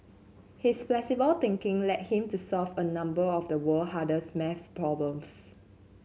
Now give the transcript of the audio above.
his flexible thinking led him to solve a number of the world hardest maths problems